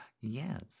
Yes